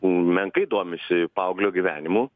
menkai domisi paauglio gyvenimu